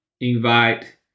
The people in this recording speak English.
invite